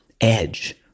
edge